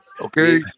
okay